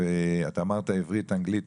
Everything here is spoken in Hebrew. אמרת עברית, אנגלית